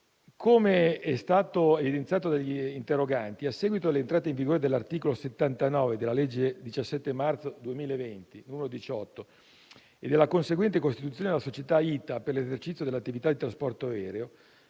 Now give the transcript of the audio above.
Come è stato evidenziato dagli interroganti, a seguito dell'entrata in vigore dell'articolo 79 della legge 17 marzo 2020, n. 18 e della conseguente costituzione alla società ITA per l'esercizio dell'attività di trasporto aereo,